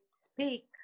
speak